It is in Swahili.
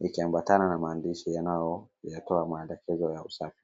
yakiambatana na maandishi yanayoyatoa maelekezo ya usafi.